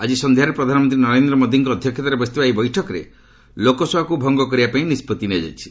ଆଜି ସନ୍ଧ୍ୟାରେ ପ୍ରଧାନମନ୍ତ୍ରୀ ନରେନ୍ଦ୍ର ମୋଦିଙ୍କ ଅଧ୍ୟକ୍ଷତାରେ ବସିଥିବା ଏହି ବୈଠକରେ ଲୋକସଭାକୃ ଭଙ୍ଗ କରିବା ପାଇଁ ନିଷ୍କଭି ନିଆଯାଇଛି